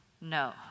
No